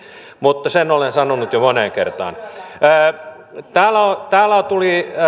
mutta sen olen sanonut jo moneen kertaan täällä tuli